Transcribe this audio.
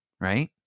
right